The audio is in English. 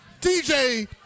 DJ